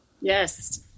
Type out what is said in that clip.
Yes